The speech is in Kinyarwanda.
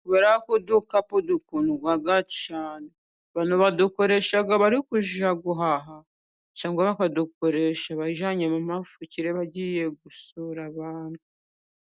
kubera ko udukapu dukundwa cyane, abantu badukoresha bari kujya guhaha cyangwa bakadukoresha bajyanyemo mafukire bagiye gusura abantu.